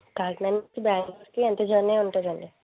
కాకినాడ నుంచి బెంగళూరుకు ఎంత జర్నీ ఉంటుంది అండి